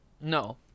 No